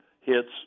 hits